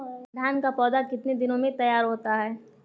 धान का पौधा कितने दिनों में तैयार होता है?